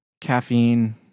caffeine